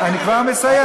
אני כבר מסיים.